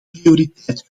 prioriteit